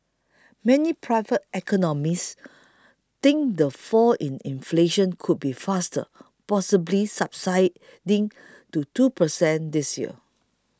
many private economists think the fall in inflation could be faster possibly subsiding to two per cent this year